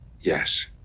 Yes